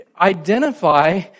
identify